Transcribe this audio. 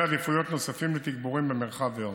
סדרי עדיפויות נוספים לתגבורים במרחב ועוד.